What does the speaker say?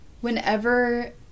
whenever